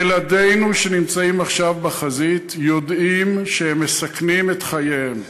ילדינו שנמצאים עכשיו בחזית יודעים שהם מסכנים את חייהם,